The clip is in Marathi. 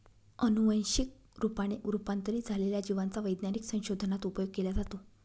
अनुवंशिक रूपाने रूपांतरित झालेल्या जिवांचा वैज्ञानिक संशोधनात उपयोग केला जातो